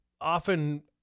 often